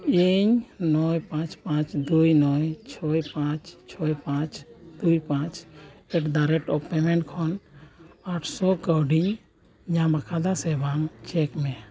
ᱤᱧ ᱱᱚᱭ ᱯᱟᱸᱪ ᱯᱟᱸᱪ ᱫᱩᱭ ᱱᱚᱭ ᱪᱷᱚᱭ ᱯᱟᱸᱪ ᱪᱷᱚᱭ ᱯᱟᱸᱪ ᱫᱩᱭ ᱯᱟᱸᱪ ᱮᱴᱫᱟ ᱨᱮᱴ ᱯᱮᱢᱮᱱᱴ ᱠᱷᱚᱱ ᱟᱴᱥᱚ ᱠᱟᱹᱣᱰᱤᱧ ᱧᱟᱢ ᱟᱠᱟᱫᱟ ᱥᱮ ᱵᱟᱝ ᱪᱮᱠ ᱢᱮ